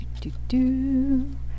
Do-do-do